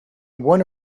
one